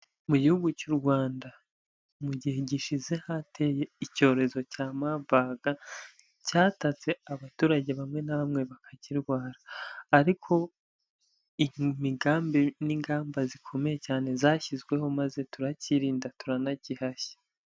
Mu gihugu cy'u Rwanda mu gihe gishize hateye icyorezo cya Marburg, cyatatse abaturage bamwe na bamwe bakakirwara, ariko imigambi n'ingamba zikomeye cyane zashyizweho maze turacyirinda, turanagihashya.